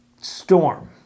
storm